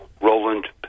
Roland